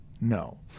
No